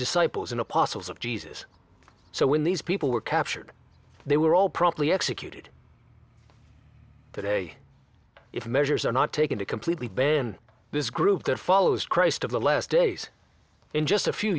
disciples and apostles of jesus so when these people were captured they were all properly executed today if measures are not taken to completely ban this group that follows christ of the last days in just a few